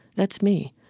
that's me.